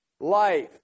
life